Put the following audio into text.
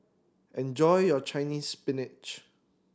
enjoy your Chinese Spinach